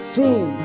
see